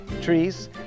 trees